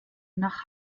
nach